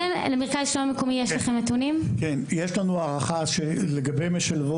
(אומרת דברים בשפת הסימנים,